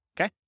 okay